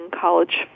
college